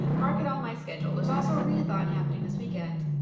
mark it on my schedule. there's also a read-a-thon happening this weekend.